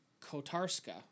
Kotarska